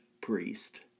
priest